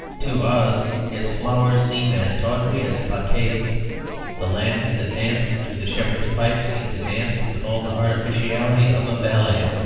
to us its flowers seem as tawdry as cockades the lambs that dance to the shepherd's pipe seem to dance with all the artificiality of a ballet.